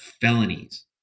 felonies